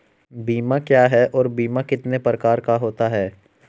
बीमा क्या है और बीमा कितने प्रकार का होता है?